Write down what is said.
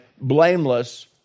blameless